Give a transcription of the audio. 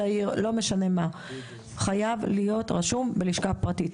צעיר לא משנה מה; הוא חייב להיות רשום בלשכה פרטית.